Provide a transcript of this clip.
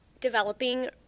developing